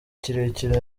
kirekire